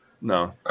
No